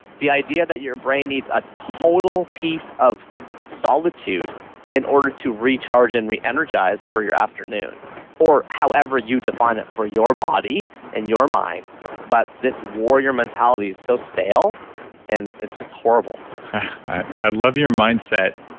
the idea that your brain needs a total peace of solitude in order to recharge and reenergize for your afternoon or however you define it for your body and your mind but this warrior mentality is so stale and it's just horrible i love your mindset.